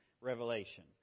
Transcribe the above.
revelation